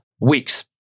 weeks